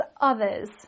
others